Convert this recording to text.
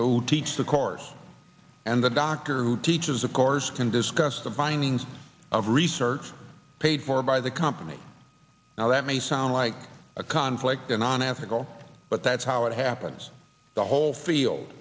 who teach the corps and the doctor who teaches a course can discuss the bindings of research paid for by the company now that may sound like a conflict and on ethical but that's how it happens the whole field